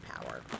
power